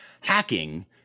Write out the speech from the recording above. hacking